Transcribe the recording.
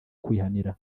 kwihanira